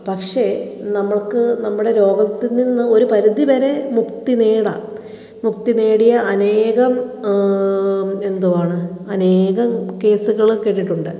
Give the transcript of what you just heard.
പക്ഷെ നമുക്ക് നമ്മുടെ രോഗത്തിൽ നിന്ന് ഒരു പരിധി വരെ മുക്തി നേടാം മുക്തി നേടിയ അനേകം എന്തുവാണ് അനേകം കേസുകൾ കേട്ടിട്ടുണ്ട്